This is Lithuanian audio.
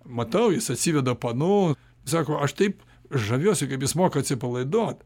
matau jis atsiveda panų sako aš taip žaviuosi kaip jis moka atsipalaiduot